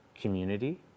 community